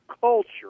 culture